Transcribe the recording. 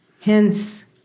Hence